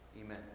Amen